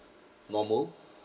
normal